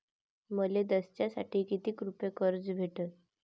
मले दसऱ्यासाठी कितीक रुपये कर्ज भेटन?